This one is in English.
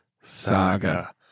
Saga